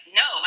no